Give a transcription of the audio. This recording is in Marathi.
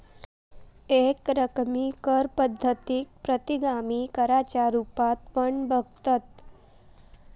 एकरकमी कर पद्धतीक प्रतिगामी कराच्या रुपात पण बघतत